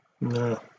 No